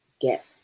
get